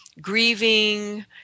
grieving